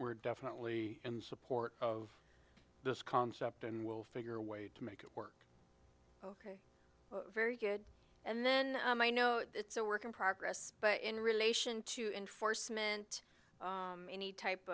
we're definitely in support of this concept and we'll figure a way to make it work very good and then i know it's a work in progress but in relation to enforcement any type